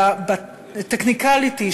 ב-technicality,